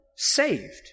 saved